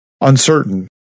uncertain